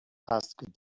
asked